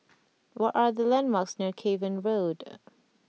what are the landmarks near Cavan Road